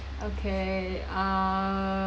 okay uh